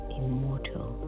immortal